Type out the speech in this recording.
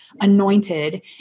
anointed